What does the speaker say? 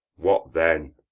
what then?